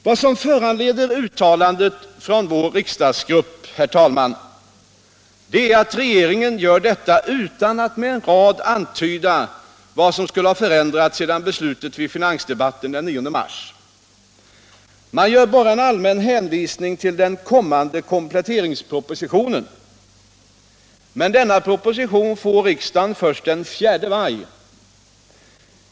Vad som föranleder uttalandet från vår riksdagsgrupp, herr talman, är att regeringen gör detta utan att med en rad antyda vad som skulle ha förändrats efter beslutet vid finansdebatten den 9 mars. Man gör bara en allmän hänvisning till den kommande kompletteringspropositionen, men denna proposition får riksdagen först den 4 maj.